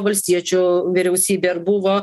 valstiečių vyriausybė ar buvo